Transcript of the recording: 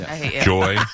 Joy